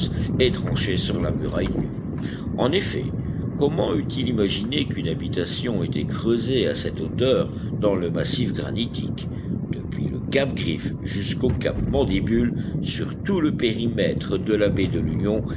et tranchaient sur la muraille nue en effet comment eût-il imaginé qu'une habitation était creusée à cette hauteur dans le massif granitique depuis le cap griffe jusqu'aux caps mandibule sur tout le périmètre de la baie de l'union